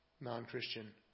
non-Christian